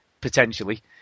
potentially